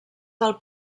del